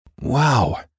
Wow